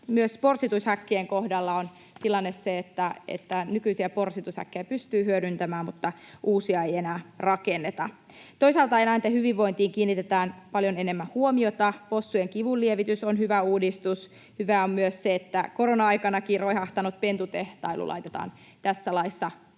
Myös porsitushäkkien kohdalla on tilanne se, että nykyisiä porsitushäkkejä pystyy hyödyntämään, mutta uusia ei enää rakenneta. Toisaalta eläinten hyvinvointiin kiinnitetään paljon enemmän huomiota. Possujen kivunlievitys on hyvä uudistus. Hyvää on myös se, että korona-aikanakin roihahtanut pentutehtailu laitetaan tässä laissa kuntoon